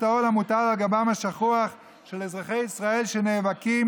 העול המוטל על גבם השחוח של אזרחי ישראל שנאבקים